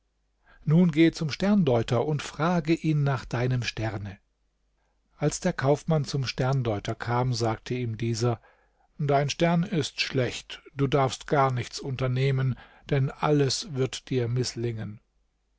nun gehe zum sterndeuter und frage ihn nach deinem sterne als der kaufmann zum sterndeuter kam sagte ihm dieser dein stern ist schlecht du darfst gar nichts unternehmen denn alles wird dir mißlingen